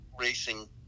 racing